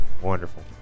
Wonderful